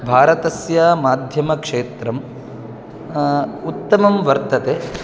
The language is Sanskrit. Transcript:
भारतस्य माध्यमक्षेत्रम् उत्तमं वर्तते